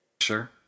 Sure